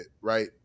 right